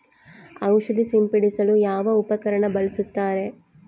ಔಷಧಿ ಸಿಂಪಡಿಸಲು ಯಾವ ಉಪಕರಣ ಬಳಸುತ್ತಾರೆ?